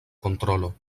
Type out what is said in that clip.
kontrolo